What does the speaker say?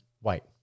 white